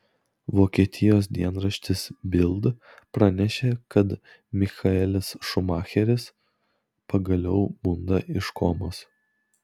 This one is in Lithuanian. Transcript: vokietijos dienraštis bild pranešė kad michaelis schumacheris pagaliau bunda iš komos